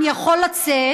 אני יכול לצאת,